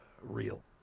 real